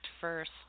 first